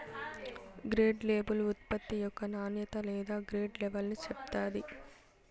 grade label ఉత్పత్తి యొక్క నాణ్యత లేదా గ్రేడ్ లెవల్ని చెప్తాది